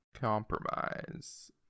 Compromise